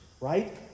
right